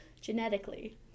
genetically